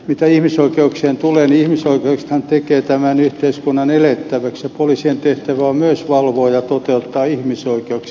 mitä ihmisoikeuksiin tulee niin ihmisoikeudethan tekevät tämän yhteiskunnan elettäväksi ja poliisien tehtävä on myös valvoa ja toteuttaa ihmisoikeuksia